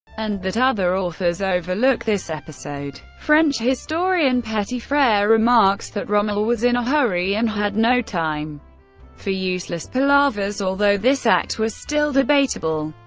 and that other authors overlook this episode. french historian petitfrere remarks that rommel was in a hurry and had no time for useless palavers, although this act was still debatable.